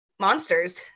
monsters